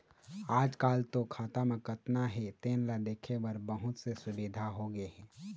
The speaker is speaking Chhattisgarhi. आजकाल तो खाता म कतना हे तेन ल देखे के बहुत से सुबिधा होगे हे